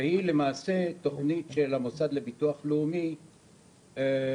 שהיא למעשה תוכנית של המוסד של הביטוח הלאומי במלואה